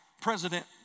President